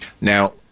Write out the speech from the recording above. Now